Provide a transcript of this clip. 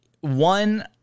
one